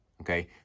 okay